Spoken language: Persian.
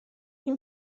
این